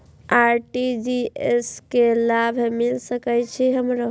RTGS से की लाभ मिल सके छे हमरो?